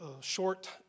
short